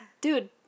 Dude